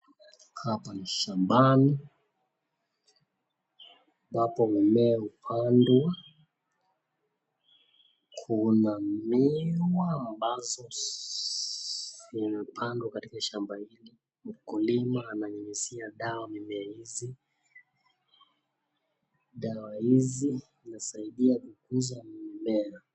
Hapa ni shambani. Hapo mimea hupandwa. Kuna miwa ambazo zimepandwa katika shamba hili. Mkulima ananyunyuzia dawa mimea hizi. Dawa hizi inasaidiya kukuza mimea.